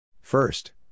First